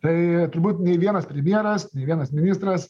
tai turbūt nei vienas premjeras nei vienas ministras